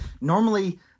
normally